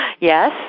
Yes